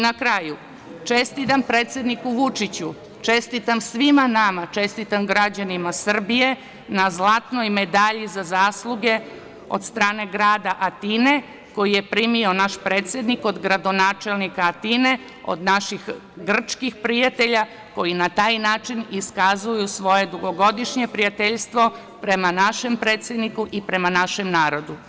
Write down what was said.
Na kraju, čestitam predsedniku Vučiću, čestitam svima nama, čestitam građanima Srbije na zlatnoj medalji za zasluge od strane grada Atine koju je primio naš predsednik od gradonačelnika Atine, od naših grčkih prijatelja koji na taj način iskazuju svoje dugogodišnje prijateljstvo prema našem predsedniku i prema našem narodu.